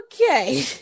Okay